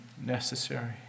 necessary